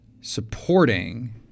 supporting